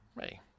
hey